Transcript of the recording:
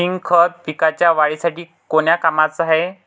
Zinc खत पिकाच्या वाढीसाठी कोन्या कामाचं हाये?